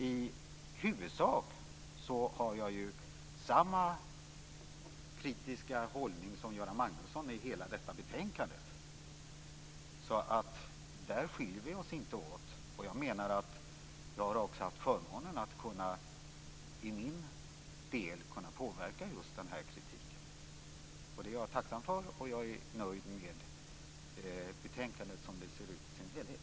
I huvudsak har jag samma kritiska hållning som Göran Magnusson i hela detta betänkande. Där skiljer vi oss inte åt. Jag har också haft förmånen att i min del kunna påverka just den kritiken. Det är jag tacksam för, och jag är nöjd med betänkandet som det ser ut i sin helhet.